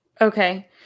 Okay